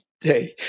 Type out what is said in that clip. day